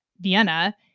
Vienna